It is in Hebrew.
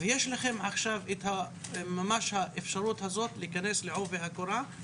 ויש לכם עכשיו ממש האפשרות הזאת להיכנס לעובי הקורה,